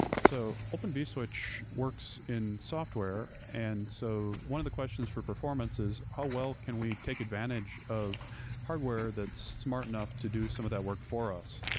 so open vswitch works in software. and so one of the questions for performance is how well can we take advantage of hardware that's smart enough to do some of that work for us?